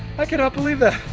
i cannot believe that!